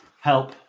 help